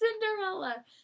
Cinderella